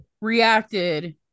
reacted